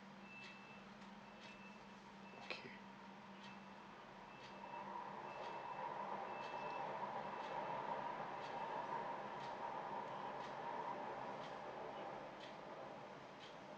okay